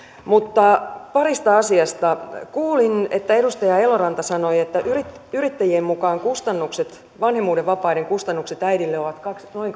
mutta parista asiasta kuulin että edustaja eloranta sanoi että yrittäjien yrittäjien mukaan vanhemmuuden vapaiden kustannukset äidille ovat noin